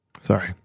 Sorry